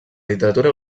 literatura